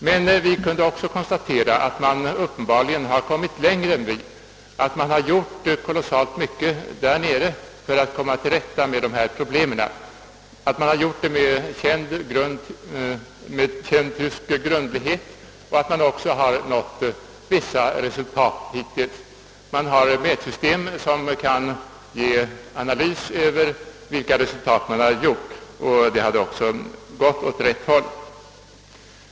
Men vi kunde också konstatera att man uppenbarligen kommit längre än vi, att man har gjort kolossalt mycket där nere för att komma till rätta med problemen, att man har gjort det med känd tysk grundlighet och att man också har nått vissa resultat. Man har mätsystem, som kan ge besked om vilka resultat man uppnår. Utvecklingen har också gått åt rätt håll.